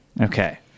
Okay